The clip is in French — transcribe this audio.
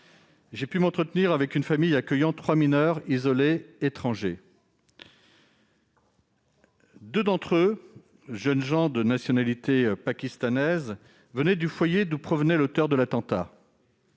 j'ai pu m'entretenir avec une famille accueillant trois mineurs isolés étrangers. Deux d'entre eux, jeunes gens de nationalité pakistanaise, venaient du foyer où était hébergé l'auteur de l'attentat.